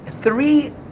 three